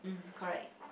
correct